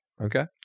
Okay